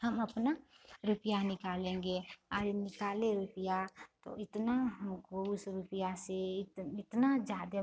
हम अपना रुपिया निकालेंगे और निकाले रुपिया तो इतना हमको उस रुपिया से इतना ज़्यादा